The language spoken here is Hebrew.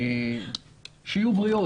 חשוב שתדעו,